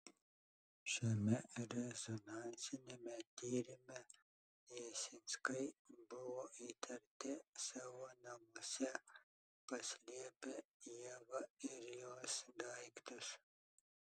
šiame rezonansiniame tyrime jasinskai buvo įtarti savo namuose paslėpę ievą ir jos daiktus